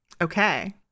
Okay